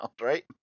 right